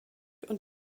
und